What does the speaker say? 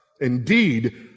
Indeed